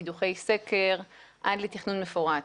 קידוחי סקר עד לתכנון מפורט.